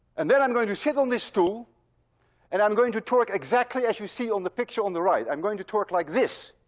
and then i'm going to sit on this stool and i'm going to torque exactly as you see on the picture on the right. i'm going to torque like this.